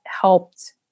helped